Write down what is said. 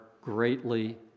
greatly